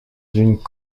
d’une